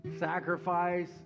Sacrifice